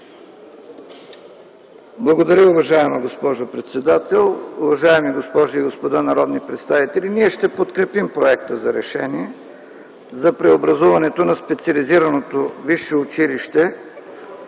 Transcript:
Благодаря, уважаема госпожо председател. Уважаеми госпожи и господа народни представители, ние ще подкрепим Проекта за решение за преобразуването на Специализираното висше училище